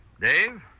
Dave